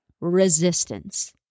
resistance